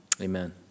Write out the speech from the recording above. Amen